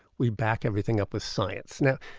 we back everything up with science. you know